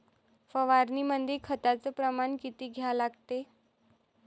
फवारनीमंदी खताचं प्रमान किती घ्या लागते?